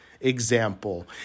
example